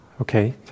Okay